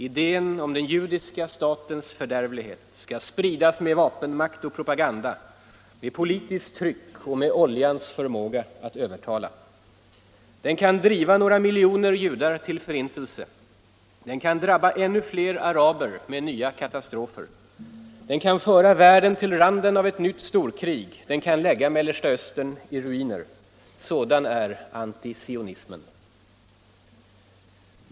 Idén om den judiska statens fördärvlighet skall spridas med vapenmakt och propaganda, med politiskt tryck och oljans förmåga att övertala. Den kan driva några miljoner judar till förintelse, den kan drabba ännu fler araber med nya katastrofer, den kan föra världen till randen av ett nytt storkrig, den kan lägga Mellersta Östern i ruiner. Sådan är antisionismen.